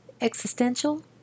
existential